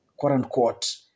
quote-unquote